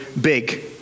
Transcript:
big